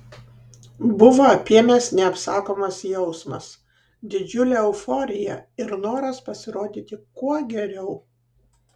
buvo apėmęs neapsakomas jausmas didžiulė euforija ir noras pasirodyti kuo geriau